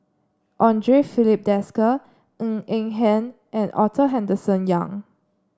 Andre Filipe Desker Ng Eng Hen and Arthur Henderson Young